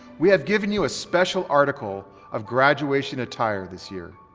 we have given you a special article of graduation attire this year.